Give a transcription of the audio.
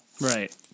Right